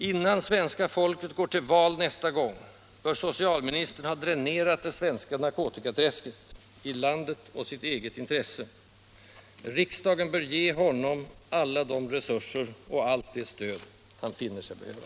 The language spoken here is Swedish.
Innan svenska folket går till val nästa gång bör socialministern ha dränerat det svenska narkotikaträsket — i landets och sitt eget intresse. Riksdagen bör ge honom alla de resurser och allt det stöd han finner sig behöva.